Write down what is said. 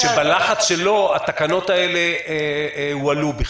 -- היה הגורם שבלחץ שלו התקנות האלה הועלו בכלל.